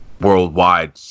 Worldwide